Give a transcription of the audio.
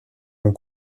ont